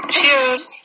Cheers